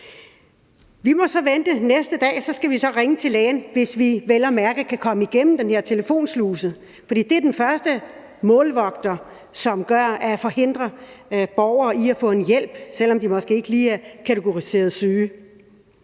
Vi må så vente. Næste dag skal vi så ringe til lægen, hvis vi vel at mærke kan komme igennem den her telefonsluse, for det er den første målvogter, som forhindrer borgere i at få hjælp, selv om de måske ikke lige er kategoriseret som